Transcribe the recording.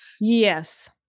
Yes